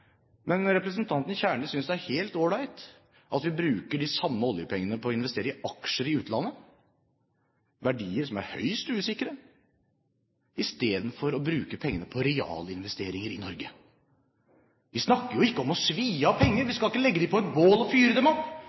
men representanten Kjernli synes det er helt all right at vi bruker de samme oljepengene på å investere i aksjer i utlandet – verdier som er høyst usikre – istedenfor å bruke pengene på realinvesteringer i Norge. Vi snakker jo ikke om å svi av penger. Vi skal ikke legge dem på et bål og fyre opp. Vi skal bruke dem